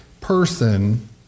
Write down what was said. person